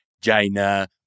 China